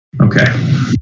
Okay